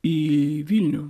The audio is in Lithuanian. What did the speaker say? į vilnių